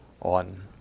on